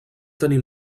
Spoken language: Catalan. tenir